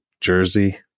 jersey